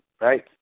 right